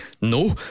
no